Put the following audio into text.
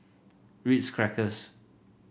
Ritz Crackers